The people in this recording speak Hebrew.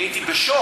אני הייתי בשוק.